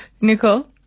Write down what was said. Nicole